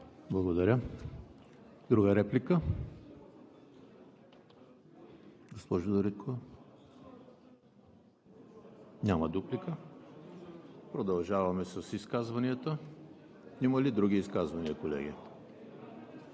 Благодаря. Друга реплика? Госпожо Дариткова? Няма дуплика. Продължаваме с изказванията. Има ли други изказвания, колеги?